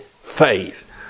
faith